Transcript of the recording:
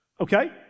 Okay